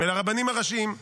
והרבנים הראשיים.